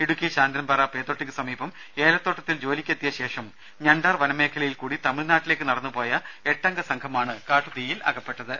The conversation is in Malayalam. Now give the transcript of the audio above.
ഇടുക്കി ശാന്തൻപാറ പേത്തൊട്ടിക്ക് സമീപം ഏലത്തോട്ടത്തിൽ ജോലിക്ക് എത്തിയ ശേഷം ഞണ്ടാർ വനമേഖലയിൽ കൂടി തമിഴ്നാട്ടിലേക്ക് നടന്നുപോയ എട്ട് അംഗ സംഘമാണ് കാട്ടുതീയിൽ അകപ്പെട്ടത്